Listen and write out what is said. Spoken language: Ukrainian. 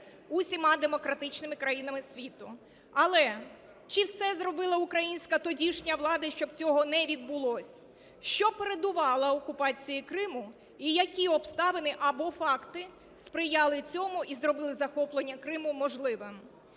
усіма демократичними країнами світу. Але чи все зробила українська тодішня влада, щоб цього не відбулося? Що передувало окупації Криму і які обставини або факти сприяли цьому і зробили захоплення Криму можливим?